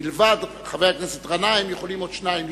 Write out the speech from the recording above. מלבד חבר הכנסת גנאים יכולים עוד שניים לשאול,